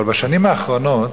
אבל בשנים האחרונות